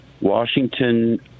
Washington